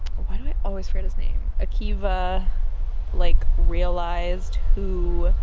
why do i always forget his name? akiva like realised who